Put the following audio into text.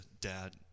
Dad